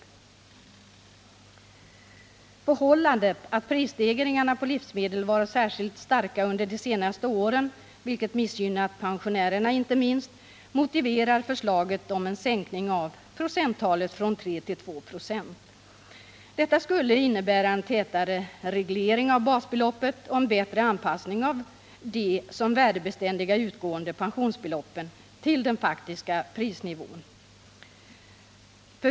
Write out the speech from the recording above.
Det förhållandet att prisstegringarna på livsmedel varit särskilt starka under de senaste åren, vilket missgynrnat pensionärerna inte minst, motiverar förslaget om en sänkning av procenttalet från 3 till 2 96. Detta skulle innebära en tätare reglering av basbeloppet och en bättre anpassning av de som värdebeständiga utgående pensionsbeloppen till den faktiska prisnivån.